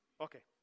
Okay